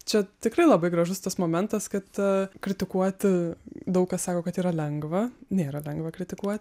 čia tikrai labai gražus tas momentas kad kritikuoti daug kas sako kad yra lengva nėra lengva kritikuoti